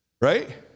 right